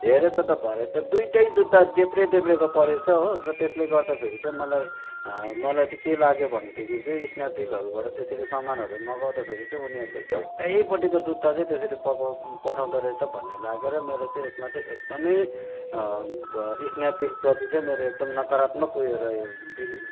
हेरेको त भरे त दुइवटा जुत्ता देब्रे देब्रेको परेछ हो र त्यसले गर्दा फेरि चाहिँ मलाई मलाई चाहिँ के लाग्यो भनेदेखि चाहिँ स्न्यापडिलहरूबाट त्यसरी सामानहरू मगाउँदा फेरि चाहिँ उनीहरूले एउटापट्टिको जुत्ता चाहिँ त्यसरी पठाउँ पठाउँदो रहेछ भन्ने लाग्यो र मेरो चाहिँ यसमा चाहिँ एकदम स्न्यापडिलप्रति चाहिँ मेरो एकदम नकरात्मक उयो रह्यो विच